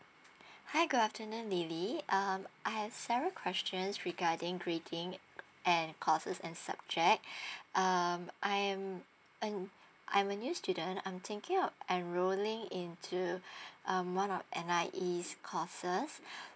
hi good afternoon lily um I have several questions regarding grading and courses and subject uh I'm um I'm a new student I'm thinking on enrolling into um one of the N_I_E's courses